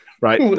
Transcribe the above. right